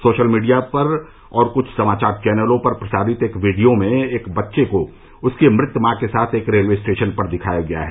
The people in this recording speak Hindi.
सोशल मीडिया और कुछ समाचार चैनलों पर प्रसारित एक वीडियो में एक बच्चे को उसकी मृत मां के साथ एक रेलवे स्टेशन पर दिखाया गया है